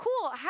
cool